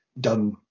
done